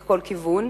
לכל כיוון.